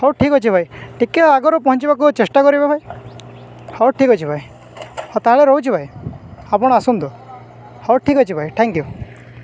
ହଉ ଠିକ୍ ଅଛି ଭାଇ ଟିକେ ଆଗରୁ ପହଁଞ୍ଚିବାକୁ ଚେଷ୍ଟା କରିବ ଭାଇ ହଉ ଠିକ୍ ଅଛି ଭାଇ ହଉ ତା'ହେଲେ ରହୁଛି ଭାଇ ଆପଣ ଆସନ୍ତୁ ହଉ ଠିକ୍ ଅଛି ଭାଇ ଥ୍ୟାଙ୍କ୍ ୟୁ